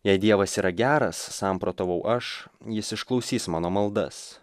jei dievas yra geras samprotavau aš jis išklausys mano maldas